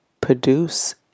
produce